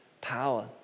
power